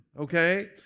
okay